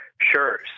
Sure